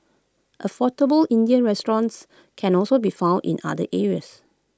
affordable Indian restaurants can also be found in other areas